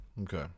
Okay